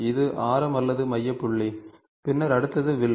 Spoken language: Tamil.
இது ஆரம் அல்லது மைய புள்ளி பின்னர் அடுத்தது வில்